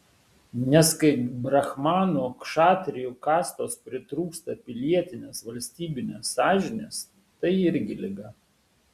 nes kai brahmanų kšatrijų kastos pritrūksta pilietinės valstybinės sąžinės tai irgi liga